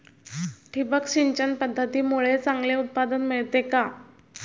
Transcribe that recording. ठिबक सिंचन पद्धतीमुळे चांगले उत्पादन मिळते का?